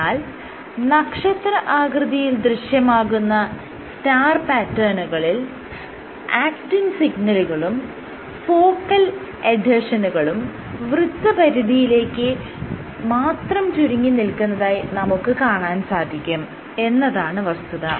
എന്നാൽ നക്ഷത്ര ആകൃതിയിൽ ദൃശ്യമാകുന്ന സ്റ്റാർ പാറ്റേണുകളിൽ ആക്റ്റിൻ സിഗ്നലുകളും ഫോക്കൽ എഡ്ഹെഷനുകളും വൃത്തപരിധിയിലേക്ക് മാത്രം ചുരുങ്ങി നില്ക്കുന്നതായി നമുക്ക് കാണാൻ സാധിക്കും എന്നതാണ് വസ്തുത